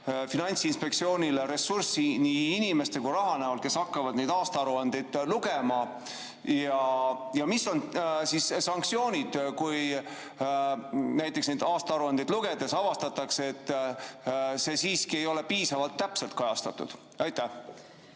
Finantsinspektsioonile ressurssi, nii raha kui inimesi, kes hakkavad neid aastaaruandeid lugema, ja mis on sanktsioonid, kui näiteks aastaaruandeid lugedes avastatakse, et see siiski ei ole piisavalt täpselt kajastatud? Aitäh!